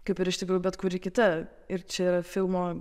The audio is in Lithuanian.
kaip ir iš tikrųjų bet kuri kita ir čia yra filmo